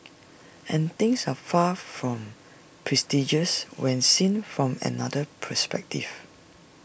and things are far from prestigious when seen from another perspective